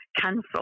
cancel